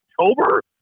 October